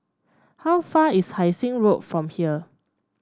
how far is Hai Sing Road from here